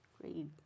Great